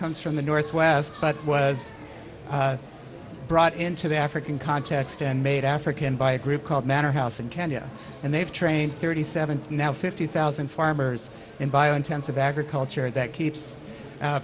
comes from the northwest but was brought into the african context and made african by a group called manor house in kenya and they've trained thirty seven now fifty thousand farmers in bio intensive agriculture that keeps